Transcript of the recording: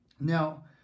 Now